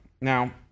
Now